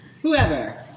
Whoever